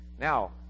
Now